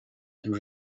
and